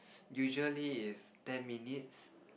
usually it's ten minutes